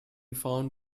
found